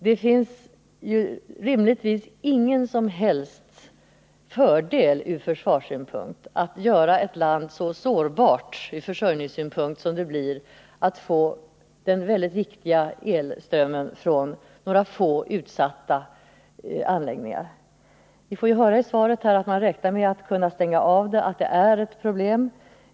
Det finns rimligtvis ingen som helst fördel ur försvarssynpunkt att göra ett land så sårbart ur försörjningssynpunkt som det blir genom att lita till att få den utomordentligt viktiga elströmmen från några få utsatta anläggningar. Vi får ju höra i svaret här att man räknar med att kunna få stänga av kärnkraftverken och att det är ett problem.